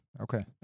okay